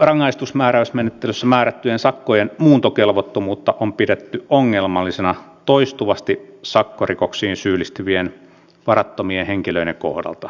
rangaistusmääräysmenettelyssä määrättyjen sakkojen muuntokelvottomuutta on pidetty ongelmallisena toistuvasti sakkorikoksiin syyllistyvien varattomien henkilöiden kohdalta